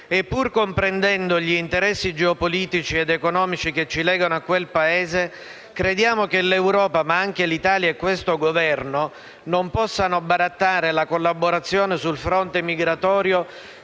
pur comprendendo gli interessi geopolitici ed economici che ci legano a quel Paese, crediamo che l'Europa, ma anche l'Italia e questo Governo, non possano barattare la collaborazione sul fronte migratorio